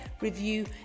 review